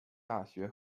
大学